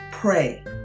Pray